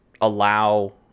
allow